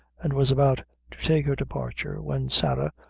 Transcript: and was about to take her departure, when sarah,